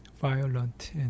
Violent